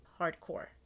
hardcore